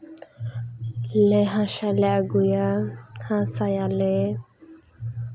ᱞᱮ ᱦᱟᱥᱟᱞᱮ ᱟᱹᱜᱩᱭᱟ ᱦᱟᱥᱟᱭᱟᱞᱮ